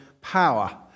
power